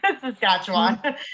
Saskatchewan